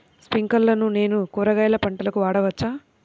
స్ప్రింక్లర్లను నేను కూరగాయల పంటలకు వాడవచ్చా?